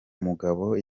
mugabo